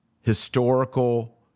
historical